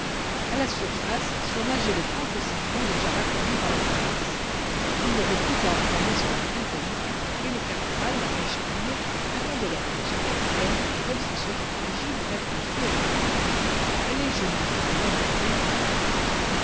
à la surface surnageaient les tranches de citron déjà racornies par la vieillesse il n'y avait plus qu'à enflammer ce lac alcoolique et le caporal la mèche allumée attendait l'ordre de son capitaine comme s'il se fût agi de mettre le feu à une mine allez joliffe dit alors le capitaine craventy